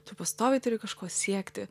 tu pastoviai turi kažko siekti